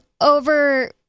over